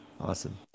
Awesome